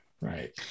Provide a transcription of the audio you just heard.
Right